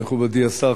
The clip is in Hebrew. מכובדי השר,